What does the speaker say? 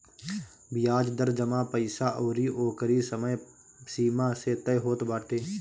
बियाज दर जमा पईसा अउरी ओकरी समय सीमा से तय होत बाटे